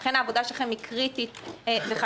לכן העבודה שלכם היא קריטית וחשובה.